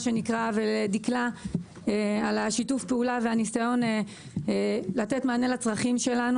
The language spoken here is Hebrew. ולדקלה על שיתוף הפעולה והניסיון לתת מענה לצרכים שלנו.